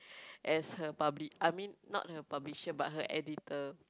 as her publi~ I mean not her publisher but her editor